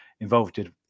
involved